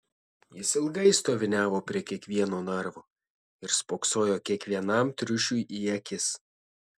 jis ilgai stoviniavo prie kiekvieno narvo ir spoksojo kiekvienam triušiui į akis